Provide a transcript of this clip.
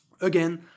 Again